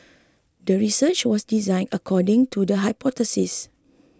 the research was designed according to the hypothesis